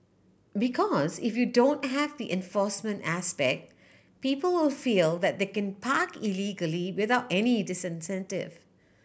because if you don't have the enforcement aspect people will feel that they can park illegally without any disincentive